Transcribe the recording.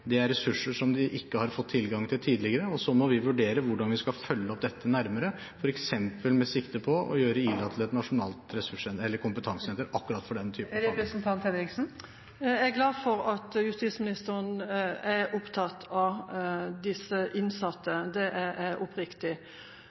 Det er ressurser som de ikke har fått tilgang til tidligere. Og så må vi vurdere hvordan vi skal følge opp dette nærmere, f.eks. med sikte på å gjøre Ila til et nasjonalt kompetansesenter akkurat for denne typen. Jeg er glad for at justisministeren er opptatt av disse innsatte – det er jeg oppriktig.